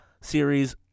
series